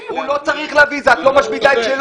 אנחנו משאירים את הרחבה של סמכות בית משפט,